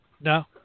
No